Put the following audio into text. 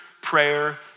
prayer